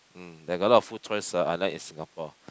mm they got a lot of food choice ah unlike in Singapore